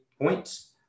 points